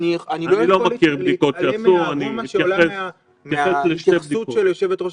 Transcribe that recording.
אני לא יכול להתעלם מהארומה שעולה מההתייחסות של יושבת-ראש